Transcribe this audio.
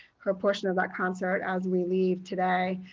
her portion of that concert as we leave today.